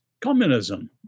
communism